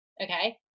Okay